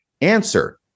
Answer